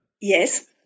yes